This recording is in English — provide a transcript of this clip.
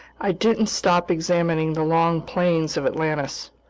i didn't stop examining the long plains of atlantis.